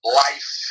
life